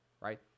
right